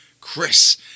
chris